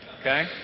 okay